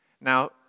Now